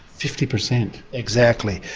fifty percent? exactly,